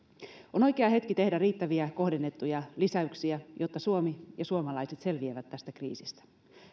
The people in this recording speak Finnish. on oikea hetki tehdä riittäviä kohdennettuja lisäyksiä jotta suomi ja suomalaiset selviävät tästä kriisistä